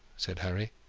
said harry.